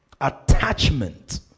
attachment